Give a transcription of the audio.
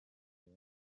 love